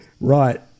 Right